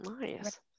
Nice